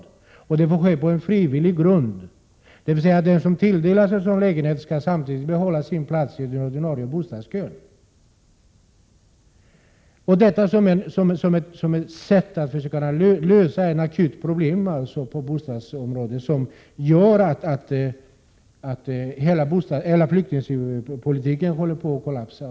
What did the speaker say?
Men tilldelningen av sådana bostäder skall ske på frivillig grund, och den som får en sådan bostad skall få behålla sin plats i den ordinarie bostadskön. Detta är ett sätt att lösa ett akut problem, som gör att hela flyktingpolitiken håller på att kollapsa.